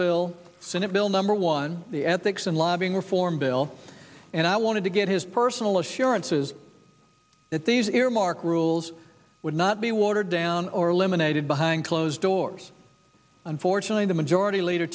senate bill number one the ethics and lobbying reform bill and i wanted to get his personal assurances that these earmark rules would not be watered down or eliminated behind closed doors unfortunately the majority leader